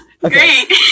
great